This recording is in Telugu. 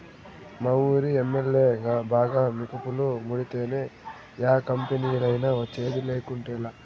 మావూరి ఎమ్మల్యే బాగా మికుపులు ముడితేనే యా కంపెనీలైనా వచ్చేది, లేకుంటేలా